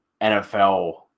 NFL